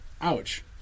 Ouch